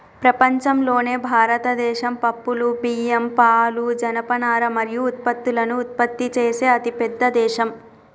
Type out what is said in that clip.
ప్రపంచంలోనే భారతదేశం పప్పులు, బియ్యం, పాలు, జనపనార మరియు పత్తులను ఉత్పత్తి చేసే అతిపెద్ద దేశం